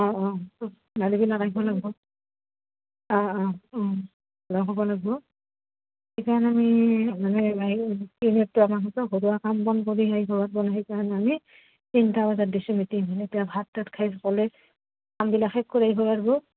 অঁ অঁ নাৰীবিলাক আহিব লাগব অঁ অঁ অঁ হ'ব লাগব সেইকাৰণে আমি মানে ঘৰুৱা কাম বন কৰি সেই ঘৰত বন সেইকাৰণে আমি তিনিটা বজাত দিছোঁ মিটিংখিন এতিয়া ভাত তাত খাই সকলে কামবিলাক শেষ কৰি হয় আৰু